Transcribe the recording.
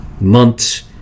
Months